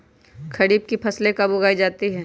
खरीफ की फसल कब उगाई जाती है?